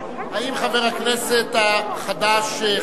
האם חבר הכנסת החדש,